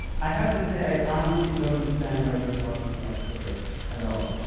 i have to say i honestly don't understand why we're talking about freud at all.